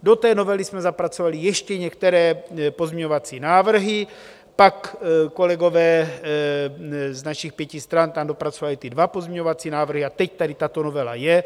Do té novely jsme zapracovali ještě některé pozměňovací návrhy, pak kolegové z našich pěti stran tam dopracovali ty dva pozměňovací návrhy a teď tady tato novela je.